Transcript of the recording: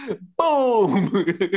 Boom